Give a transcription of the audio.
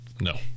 No